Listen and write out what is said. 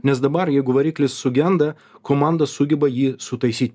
nes dabar jeigu variklis sugenda komanda sugeba jį sutaisyt